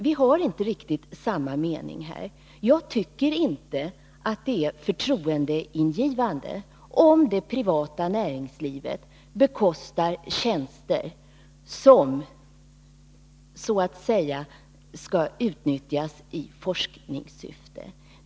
Vi har inte riktigt samma mening här. Jag tycker inte att det är förtroendeingivande om det privata näringslivet bekostar tjänster som så att säga utnyttjas i forskningssyfte.